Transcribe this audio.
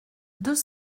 deux